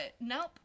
nope